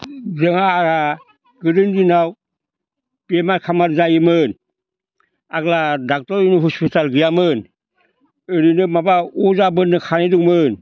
जोंहा आ गोदोनि दिनाव बेमार खामार जायोमोन आग्ला ड'क्टर हस्पिटाल गैयामोन ओरैनो माबा अजा बोन्दों खानाय दंमोन